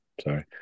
Sorry